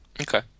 Okay